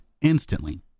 instantly